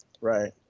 Right